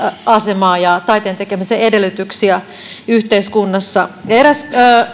asemaa ja taiteen tekemisen edellytyksiä yhteiskunnassa eräs